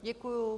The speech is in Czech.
Děkuju.